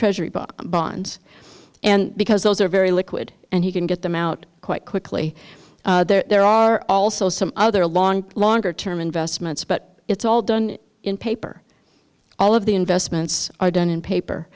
treasury book bonds and because those are very liquid and you can get them out quite quickly there are also some other long longer term investments but it's all done in paper all of the investments are done in paper